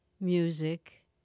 music